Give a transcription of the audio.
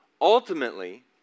Ultimately